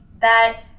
that-